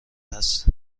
است